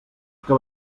que